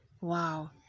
Wow